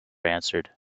answered